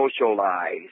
socialize